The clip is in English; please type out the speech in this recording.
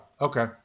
okay